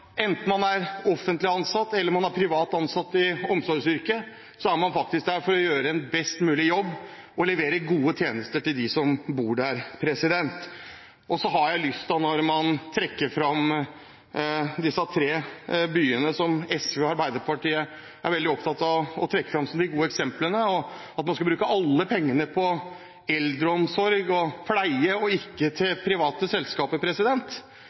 enten man er offentlig ansatt eller privat ansatt i omsorgsyrker, er man faktisk der for å gjøre en best mulig jobb og levere gode tjenester til dem som skal motta disse. Og så, når man trekker fram disse tre byene som SV og Arbeiderpartiet er veldig opptatt av å trekke fram som de gode eksemplene, at man skal bruke alle pengene på eldreomsorg og pleie, og ikke på private selskaper: